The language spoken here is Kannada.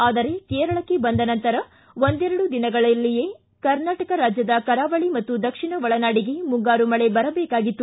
ಆದರೆ ಕೇರಳಕ್ಕೆ ಬಂದ ನಂತರ ಒಂದೆರಡು ದಿನಗಳಲ್ಲಿಯೇ ಕರ್ನಾಟಕ ರಾಜ್ಯದ ಕರಾವಳ ಮತ್ತು ದಕ್ಷಿಣ ಒಳನಾಡಿಗೆ ಮುಂಗಾರು ಮಳೆ ಬರಬೇಕಾಗಿತ್ತು